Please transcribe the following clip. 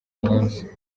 munsi